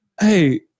Hey